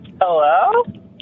Hello